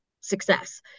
success